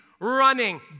running